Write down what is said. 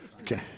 Okay